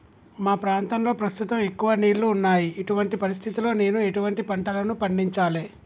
మా ప్రాంతంలో ప్రస్తుతం ఎక్కువ నీళ్లు ఉన్నాయి, ఇటువంటి పరిస్థితిలో నేను ఎటువంటి పంటలను పండించాలే?